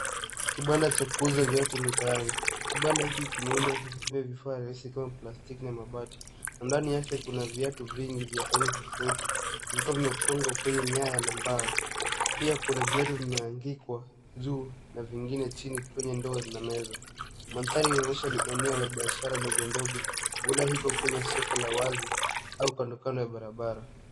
Kibanda cha kuuza viatu mitaani. Kibanda hiki kimeundwa kwa kutumia vifaa rahisi kama plastiki na mabati na ndani yake, kuna viatu vingi vya aina tofauti vimepangwa kwenye nyaya na mbao. Pia, kuna viatu vimeangikwa juu na vingine chini kwenye ndoo na meza. Mandhari inaonyesha ni eneo la biashara ndogondogo huenda iko kwenye soko la wazi au kandokando ya barabara.